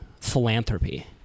philanthropy